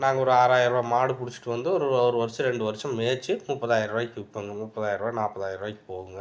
நாங்கள் ஒரு ஆறாயிரரூவா மாடு பிடிச்சிட்டு வந்து ஒரு ஒரு வருஷம் ரெண்டு வருஷம் மேய்த்து முப்பதாயிர்ரூவாய்க்கு விற்போங்க முப்பதாயர்ரூவா நாப்பதாயிர்ரூவாய்க்கு போகுங்க